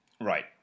Right